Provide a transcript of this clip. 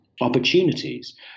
opportunities